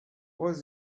was